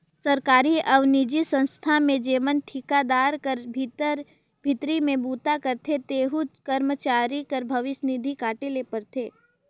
सरकारी अउ निजी संस्था में जेमन ठिकादार कर भीतरी में बूता करथे तेहू करमचारी कर भविस निधि काटे ले परथे